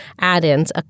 add-ins